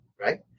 right